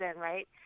right